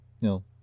No